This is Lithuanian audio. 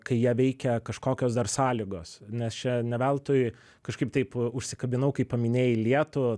kai ją veikia kažkokios dar sąlygos nes čia ne veltui kažkaip taip užsikabinau kai paminėjai lietų